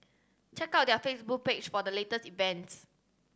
check out their Facebook page for the latest events